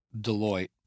Deloitte